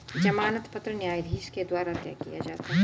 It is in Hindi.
जमानत पत्र न्यायाधीश के द्वारा तय किया जाता है